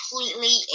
completely